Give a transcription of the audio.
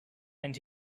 and